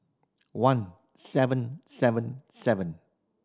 one seven seven seven